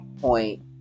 point